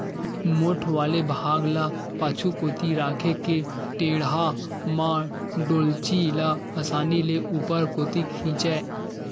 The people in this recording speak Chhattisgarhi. मोठ वाले भाग ल पाछू कोती रखे के टेंड़ा म डोल्ची ल असानी ले ऊपर कोती खिंचय